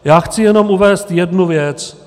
Já chci jenom uvést jednu věc.